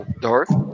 Darth